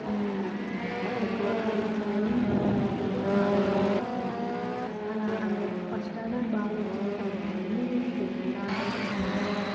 ఎక్కువగా ఇచ్చారు నాకైతే చాలా చాలా బాగా నచ్చిందండి అలా అమె ఫస్ట్ ఆర్డర్ బాగ వచ్చింది కదా అని సెకండ్ ఆర్డర్ పెట్టానండి